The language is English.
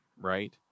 Right